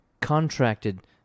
contracted